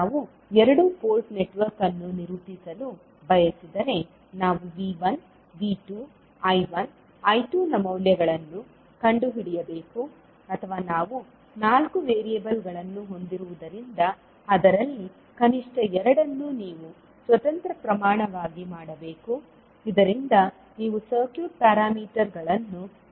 ನಾವು ಎರಡು port network ಅನ್ನು ನಿರೂಪಿಸಲು ಬಯಸಿದರೆ ನಾವುV1V2 I1 I2ನ ಮೌಲ್ಯಗಳನ್ನು ಕಂಡುಹಿಡಿಯಬೇಕು ಅಥವಾ ನಾವು ನಾಲ್ಕು ವೇರಿಯೇಬಲ್ಗಳನ್ನು ಹೊಂದಿರುವುದರಿಂದ ಅದರಲ್ಲಿ ಕನಿಷ್ಠ 2 ಅನ್ನು ನೀವು ಸ್ವತಂತ್ರ ಪ್ರಮಾಣವಾಗಿ ಮಾಡಬೇಕು ಇದರಿಂದ ನೀವು ಸರ್ಕ್ಯೂಟ್ ಪ್ಯಾರಾಮೀಟರ್ಗಳನ್ನು ಕಂಡುಹಿಡಿಯಬಹುದು